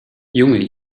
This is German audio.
junge